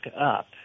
up